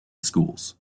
schools